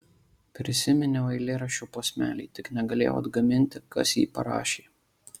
prisiminiau eilėraščio posmelį tik negalėjau atgaminti kas jį parašė